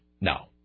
No